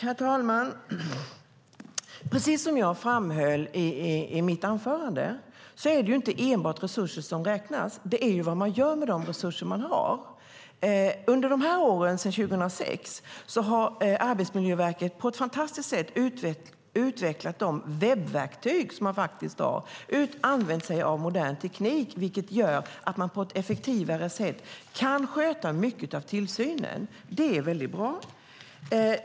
Herr talman! Precis som jag framhöll i mitt anförande är det inte enbart resurser som räknas utan vad man gör med de resurser som man har. Under åren sedan 2006 har Arbetsmiljöverket på ett fantastiskt sätt utvecklat de webbverktyg som man faktiskt har och använt sig av modern teknik, vilket gör att man på ett effektivare sätt kan sköta mycket av tillsynen. Det är mycket bra.